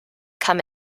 come